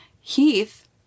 heath